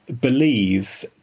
believe